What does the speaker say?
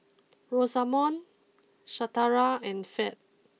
Rosamond Shatara and Ferd